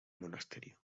monasterio